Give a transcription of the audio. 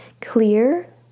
Clear